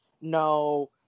no